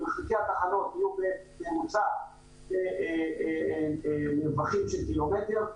ומרחקי התחנות יהיו בממוצע במרווחים של קילומטר.